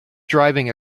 driving